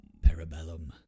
Parabellum